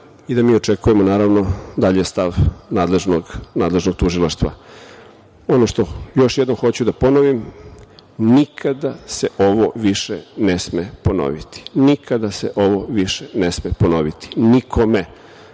i da mi očekujemo, naravno, dalje stav nadležnog tužilaštva. Ono što još jednom hoću da ponovim, nikada se ovo više ne sme ponoviti. Nikada se ovo više ne sme ponoviti nikome!